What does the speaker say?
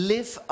Live